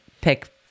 pick